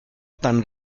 tan